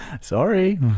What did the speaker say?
Sorry